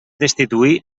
destituir